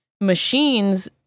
machines